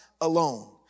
alone